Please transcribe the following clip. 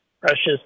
precious